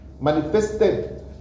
manifested